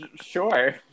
Sure